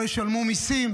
לא ישלמו מיסים,